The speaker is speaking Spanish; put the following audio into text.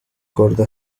corta